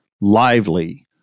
lively